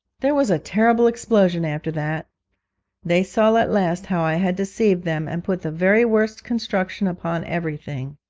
there was a terrible explosion after that they saw at last how i had deceived them, and put the very worst construction upon everything.